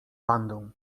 bandą